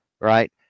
Right